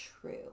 true